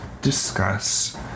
discuss